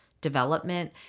development